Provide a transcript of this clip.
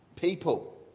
People